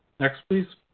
next, please.